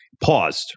paused